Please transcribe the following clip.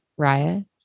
Raya